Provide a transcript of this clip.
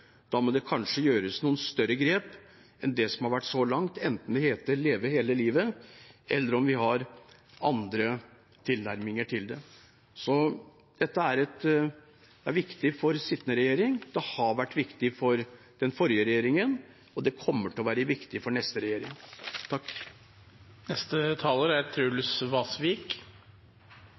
har vært tatt så langt, enten de heter Leve hele livet eller vi har andre tilnærminger til det. Dette er viktig for den sittende regjeringen, det har vært viktig for den forrige regjeringen, og det kommer til å være viktig for neste regjering. Jeg synes forhenværende taler avsluttet bra. Det jeg har lyst til å si, er